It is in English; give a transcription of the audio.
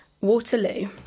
waterloo